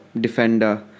defender